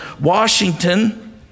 Washington